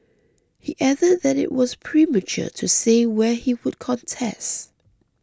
he added that it was premature to say where he would contest